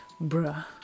bruh